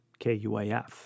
KUAF